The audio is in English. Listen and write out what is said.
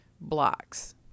blocks